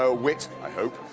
ah wit, i hope,